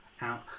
out